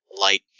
Light